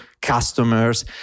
customers